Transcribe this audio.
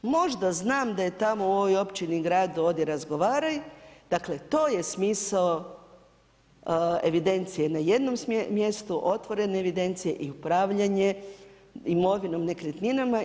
Možda znam da je tamo u ovoj općini, gradu, odi razgovaraj, dakle to je smisao evidencije na jednom mjestu, otvorene evidencije i upravljanje imovinom nekretninama.